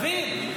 דוד.